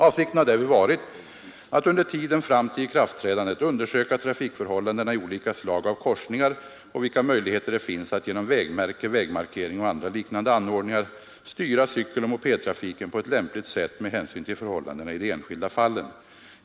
Avsikten har därvid varit, att under tiden fram till ikraftträdandet undersöka trafikförhållandena i olika slag av korsningar och vilka möjligheter det finns att genom vägmärke, vägmarkering och andra liknande anordningar styra cykeloch mopedtrafiken på ett lämpligt sätt med hänsyn till förhållandena i de enskilda fallen.